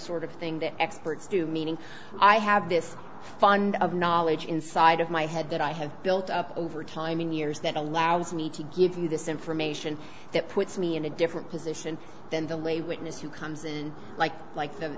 of thing the experts do meaning i have this fund of knowledge inside of my head that i have built up over time in years that allows me to give you this information that puts me in a different position than the lay a witness who comes in like like them